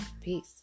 peace